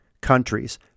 countries